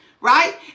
right